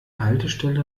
haltestelle